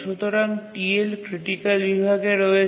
সুতরাং TL critical বিভাগে রয়েছে